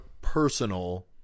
personal